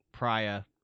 prior